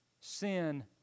sin